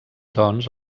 doncs